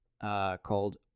called